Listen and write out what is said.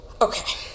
Okay